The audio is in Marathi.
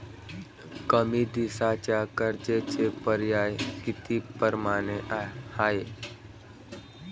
कमी दिसाच्या कर्जाचे पर्याय किती परमाने हाय?